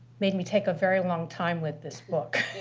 made me take a very long time with this book.